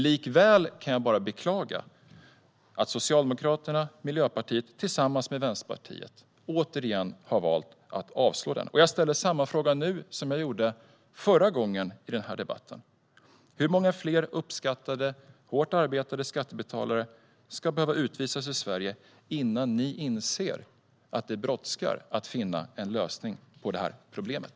Likväl kan jag bara beklaga att Socialdemokraterna och Miljöpartiet tillsammans med Vänsterpartiet återigen har valt att avslå motionen. Jag ställer samma fråga nu som jag gjorde förra gången i den här debatten: Hur många fler uppskattade och hårt arbetande skattebetalare ska behöva utvisas ur Sverige innan ni inser att det brådskar att finna en lösning på problemet?